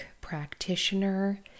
practitioner